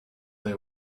they